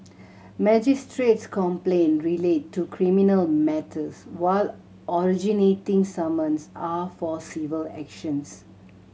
magistrate's complaint relate to criminal matters while originating summons are for civil actions